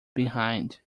behind